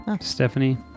Stephanie